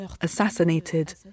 assassinated